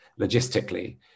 logistically